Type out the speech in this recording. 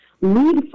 lead